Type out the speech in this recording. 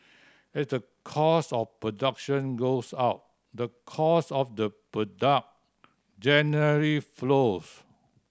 as the cost of production goes up the cost of the product generally flows